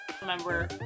Remember